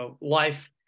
life